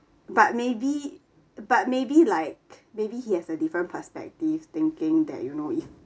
but maybe but maybe like maybe he has a different perspective thinking that you know if